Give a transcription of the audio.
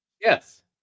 Yes